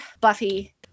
Buffy